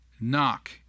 knock